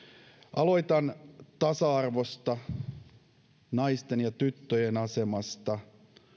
aloitan tasa arvosta naisten ja tyttöjen asemasta